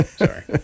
sorry